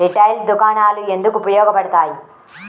Retail దుకాణాలు ఎందుకు ఉపయోగ పడతాయి?